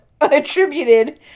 unattributed